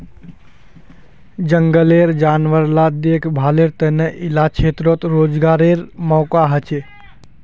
जनगलेर जानवर ला देख्भालेर तने इला क्षेत्रोत रोज्गारेर मौक़ा होछे